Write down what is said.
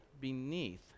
beneath